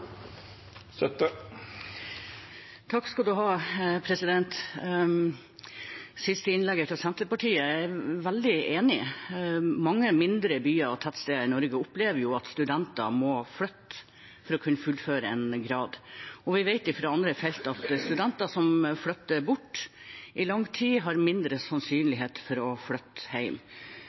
Mange mindre byer og tettsteder i Norge opplever at studenter må flytte for å kunne fullføre en grad, og vi vet fra andre felt at studenter som flytter bort i lang tid, har mindre sannsynlighet for å flytte